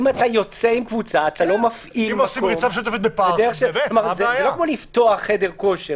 אם אנחנו מאפשרים בתוך הבית 10 אנשים ובמרפסת שלנו 20 איש,